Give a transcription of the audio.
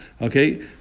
Okay